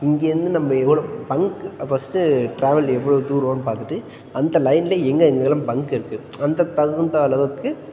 இங்கேயிருந்து நம்முடைய கோல் பங்க்கு ஃபஸ்ட்டு ட்ராவல் எவ்வளோ தூரன்னு பார்த்துட்டு அந்த லைனில் எங்கெங்கெல்லாம் பங்க் இருக்குது அந்த தகுந்த அளவுக்கு